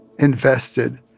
Invested